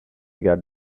got